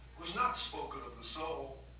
was not spoken of the so